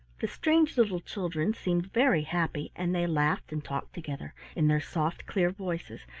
the strange little children seemed very happy, and they laughed and talked together in their soft, clear voices,